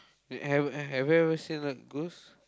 have I~ have I ever seen a ghost